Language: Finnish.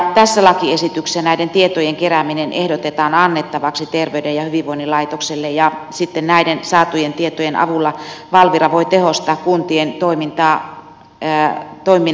tässä lakiesityksessä näiden tietojen kerääminen ehdotetaan annettavaksi terveyden ja hyvinvoinnin laitokselle ja sitten näiden saatujen tietojen avulla valvira voi tehostaa kuntien toiminnan valvontaa